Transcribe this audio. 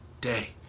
day